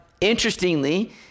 interestingly